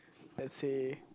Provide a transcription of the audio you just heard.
let's say